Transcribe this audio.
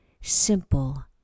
simple